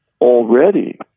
already